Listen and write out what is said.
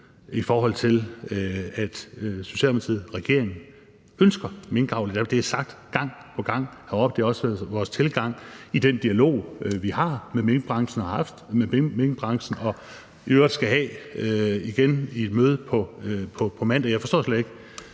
i forhold til at Socialdemokratiet, regeringen, ønsker minkavl i Danmark. Det er blevet sagt gang på gang, og det har også været vores tilgang i den dialog, vi har haft og har med minkbranchen og i øvrigt skal have igen i et møde på mandag. Jeg forstår slet ikke,